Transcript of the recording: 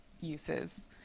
uses